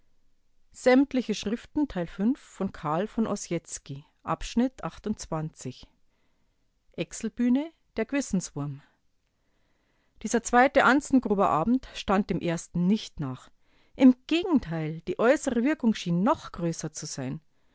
der g'wissenswurm dieser zweite anzengruber-abend stand dem ersten nicht nach im gegenteil die äußere wirkung schien noch größer zu sein